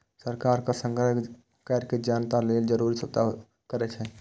सरकार कर संग्रह कैर के जनता लेल जरूरी सुविधा प्रदान करै छै